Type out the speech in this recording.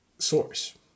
source